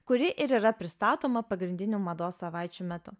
kuri ir yra pristatoma pagrindinių mados savaičių metu